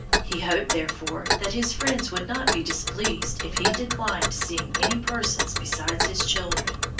he hoped, therefore, that his friends would not be displeased if he declined seeing any persons besides his children.